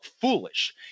foolish